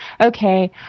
okay